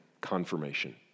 confirmation